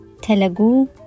Telugu